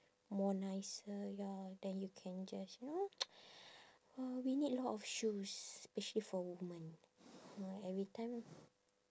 more nicer ya then you can just you know uh we need a lot of shoes especially for woman uh every time